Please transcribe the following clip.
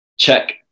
Check